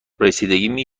رسیدگی